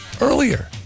earlier